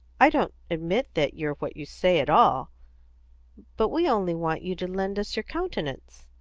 i don't admit that you're what you say at all but we only want you to lend us your countenance.